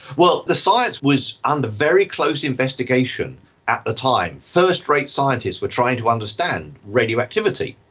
well, the science was under very close investigation at the time. first rate scientists were trying to understand radioactivity.